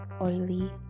oily